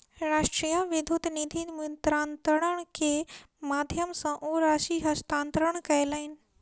राष्ट्रीय विद्युत निधि मुद्रान्तरण के माध्यम सॅ ओ राशि हस्तांतरण कयलैन